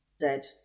dead